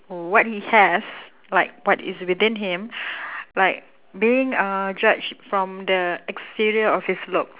what he has like what is within him like being uh judged from the exterior of his looks